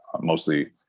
mostly